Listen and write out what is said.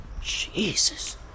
Jesus